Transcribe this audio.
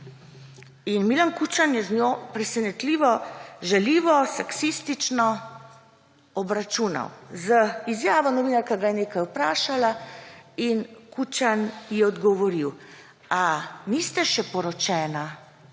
in Milan Kučan je z njo presenetljivo žaljivo, seksistično obračunal z izjavo, novinarka ga je nekaj vprašala in Kučan ji je odgovoril: »A niste še poročeni?«